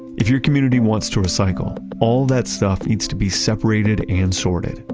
if your community wants to recycle, all that stuff needs to be separated and sorted,